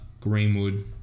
Greenwood